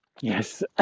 Yes